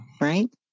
right